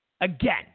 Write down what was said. again